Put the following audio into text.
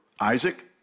Isaac